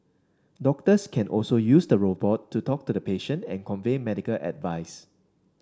doctors can also use the robot to talk to the patient and convey medical advice